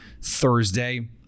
Thursday